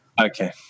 Okay